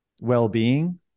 well-being